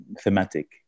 thematic